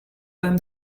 them